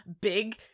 big